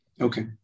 okay